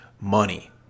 money